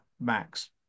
max